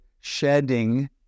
shedding